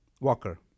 Walker